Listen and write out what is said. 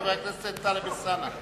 חבר הכנסת טלב אלסאנע,